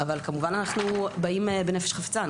אבל כמובן אנחנו באים בנפש חפצה,